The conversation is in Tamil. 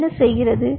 முடக்குகிறது